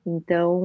Então